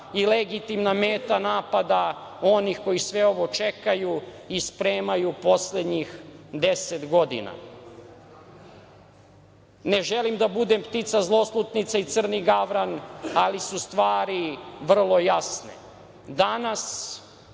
i legitimna meta napada onih koji sve ovo čekaju i spremaju poslednjih 10 godina. Ne želim da budem ptica zloslutnica i crni gavran, ali su stvari vrlo jasne. Danas,